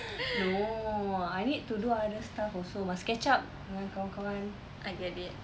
no I need to do other stuff also must catch up dengan kawan-kawan